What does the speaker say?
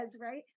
right